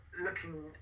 looking